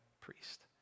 priest